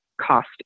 cost